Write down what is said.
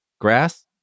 grass